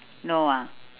no ah